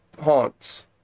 haunts